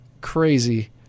crazy